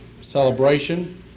celebration